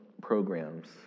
programs